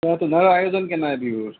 অঁ তোমাৰ আয়োজন কেনে বিহুৰ